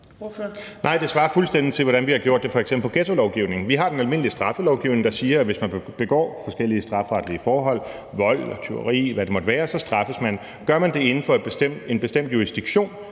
Nej, det svarer fuldstændig til, hvordan vi har gjort det i f.eks. ghettolovgivningen. Vi har den almindelige straffelovgivning, der siger, at man, hvis man begår forskellige strafferetlige forhold – vold, tyveri, og hvad det måtte være – så straffes, og gør man det inden for en bestemt jurisdiktion,